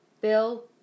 bill